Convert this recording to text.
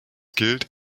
gilt